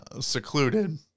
secluded